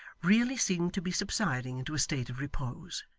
really seemed to be subsiding into a state of repose.